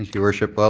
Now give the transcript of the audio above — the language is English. your worship. but